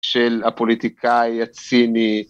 ‫של הפוליטיקאי הציני.